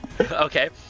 Okay